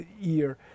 year